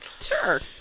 Sure